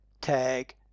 tag